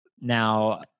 now